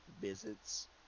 visits